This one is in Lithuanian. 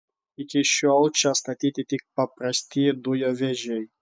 iki šiol čia statyti tik paprasti dujovežiai